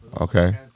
Okay